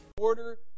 order